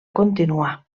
continuar